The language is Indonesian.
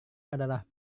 adalah